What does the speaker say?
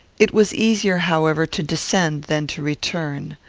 it was easier, however, to descend than to return.